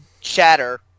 chatter